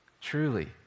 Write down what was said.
truly